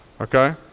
Okay